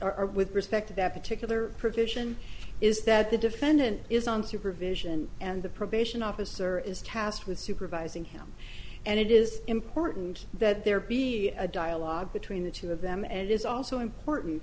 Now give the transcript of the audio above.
or with respect to that particular provision is that the defendant is on supervision and the probation officer is cast with supervising him and it is important that there be a dialogue between the two of them and it's also important